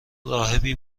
راهبی